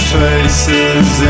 faces